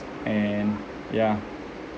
and yeah